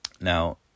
Now